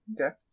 Okay